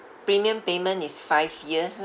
premium payment is five years